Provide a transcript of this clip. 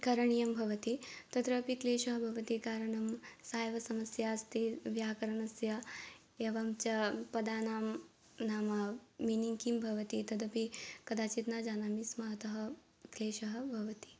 करणीयः भवति तत्रापि क्लेशः भवति कारणं सा एव समस्या अस्ति व्याकरणस्य एवं च पदानां नाम मीनिङ्ग् किं भवति तदपि कदाचित् न जानामि स्म अतः क्लेशः भवति